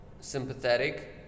sympathetic